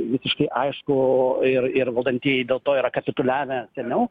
visiškai aišku ir ir valdantieji dėl to yra kapituliavę seniau